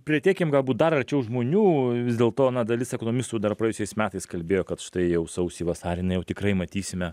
priartėkim gal būt dar arčiau žmonių vis dėl to dalis ekonomistų dar praėjusiais metais kalbėjo kad štai jau sausį vasarį na jau tikrai matysime